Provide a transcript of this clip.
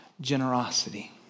generosity